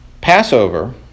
Passover